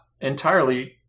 entirely